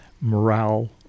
morale